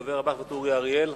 הדובר הבא, חבר הכנסת אורי אריאל.